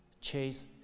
chase